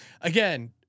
again